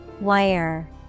Wire